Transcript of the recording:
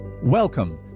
Welcome